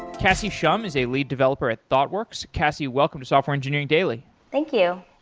cassie shum is a lead developer at thoughtworks. cassie, welcomes to software engineering daily thank you.